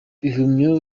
bihumyo